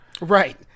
Right